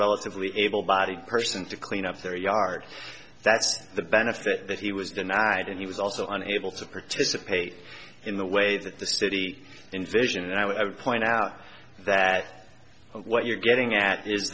relatively able bodied person to clean up their yard that's the benefit that he was denied and he was also unable to participate in the way that the city envisioned i would point out that what you're getting at is